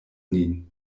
nin